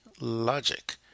logic